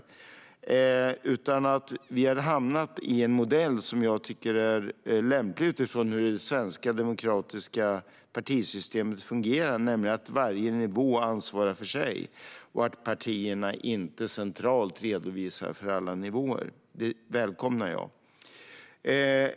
Vi har i stället hamnat i en modell som jag tycker är lämplig med tanke på hur det svenska demokratiska partisystemet fungerar, nämligen att varje nivå ansvarar för sig och att partierna inte centralt redovisar för alla nivåer. Detta välkomnar jag.